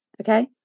okay